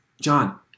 John